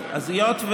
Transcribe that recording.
אז היות,